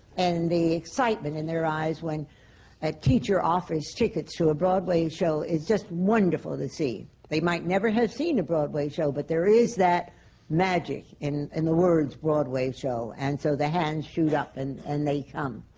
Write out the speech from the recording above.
and the excitement in their eyes when a teacher offers tickets to a broadway show is just wonderful to see. they might never have seen a broadway show, but there is that magic in and the words broadway show, and so the hands shoot up and and they come.